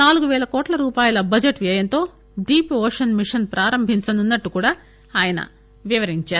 నాలుగు పేల కోట్ల రూపాయల బడ్జెట్ వ్యయంతో డీప్ ఓషన్ మిషన్ ప్రారంభించనున్నట్లు కూడా ఆయన తెలిపారు